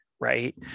right